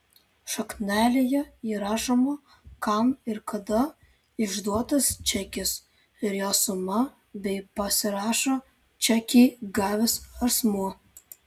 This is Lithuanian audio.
šaknelėje įrašoma kam ir kada išduotas čekis ir jo suma bei pasirašo čekį gavęs asmuo